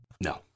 no